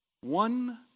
One